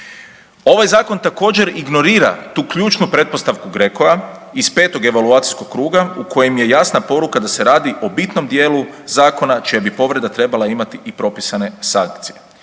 Ovaj zakon također ignorira tu ključnu pretpostavku GRECO-a iz petog evaluacijskog kruga u kojem je jasna poruka da se radi o bitnom dijelu zakona čija bi povreda trebala imati i propisane sankcije.